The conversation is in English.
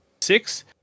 Six